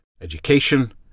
education